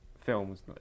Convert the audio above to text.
films